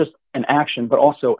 just an action but also